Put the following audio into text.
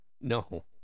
No